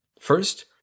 First